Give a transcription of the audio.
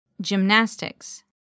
Gymnastics